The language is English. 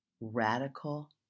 Radical